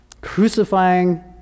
crucifying